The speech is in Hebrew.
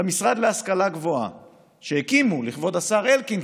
למשרד להשכלה גבוהה שהקימו לכבוד השר אלקין.